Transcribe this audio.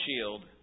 shield